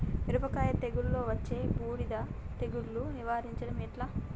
మిరపకాయ తెగుళ్లలో వచ్చే బూడిది తెగుళ్లను నివారించడం ఎట్లా?